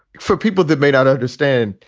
for people that may not understand.